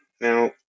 Now